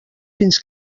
fins